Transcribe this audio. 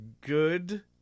good